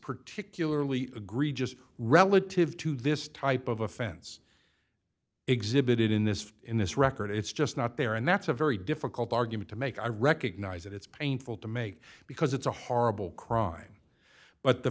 particularly egregious relative to this type of offense exhibited in this in this record it's just not there and that's a very difficult argument to make i recognize that it's painful to make because it's a horrible crime but the